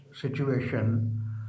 situation